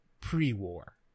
pre-war